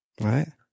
Right